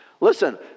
Listen